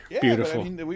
Beautiful